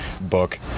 book